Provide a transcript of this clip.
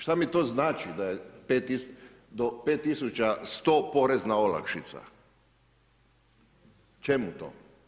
Šta mi to znači, da je do 5100 porezna olakšica, čemu to.